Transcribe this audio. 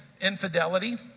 infidelity